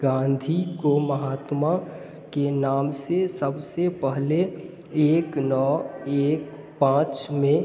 गांधी को महात्मा के नाम से सब से पहले एक नौ एक पाँच में